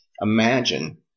imagine